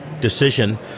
decision